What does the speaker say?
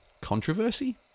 controversy